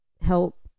help